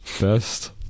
Best